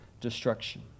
destruction